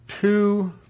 Two